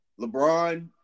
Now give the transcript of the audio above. LeBron